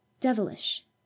devilish